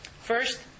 First